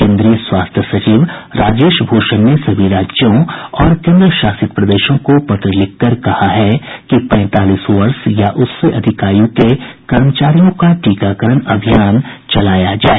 केंद्रीय स्वास्थ्य सचिव राजेश भूषण ने सभी राज्यों और केंद्रशासित प्रदेशों को पत्र लिखकर कहा है कि पैंतालीस वर्ष या उससे अधिक आय़ के कर्मचारियों का टीकाकरण अभियान चलाया जाए